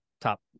top